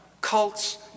cults